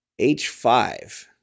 H5